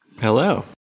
Hello